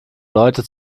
leute